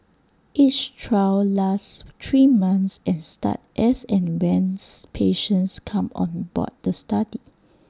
each trial lasts three months and start as and when patients come on board the study